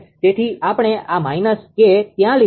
તેથી આપણે આ −𝐾 ત્યાં લીધું હતું